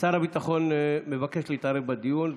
שר הביטחון מבקש להתערב בדיון.